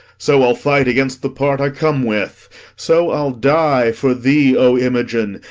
so i'll fight against the part i come with so i'll die for thee, o imogen,